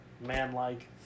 man-like